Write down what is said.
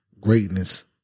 greatness